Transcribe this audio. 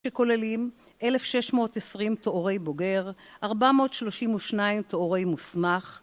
שכוללים 1,620 תוארי בוגר, 432 תוארי מוסמך